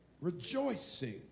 rejoicing